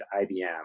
IBM